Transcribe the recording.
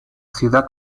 ciudad